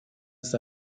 ist